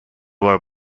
were